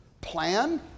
plan